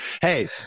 Hey